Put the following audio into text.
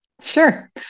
Sure